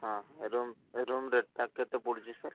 ହଁ room room ରେଟ୍ଟା କେତେ ପଡ଼ୁଛି ସାର୍